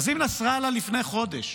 אז אם נסראללה לפני חודש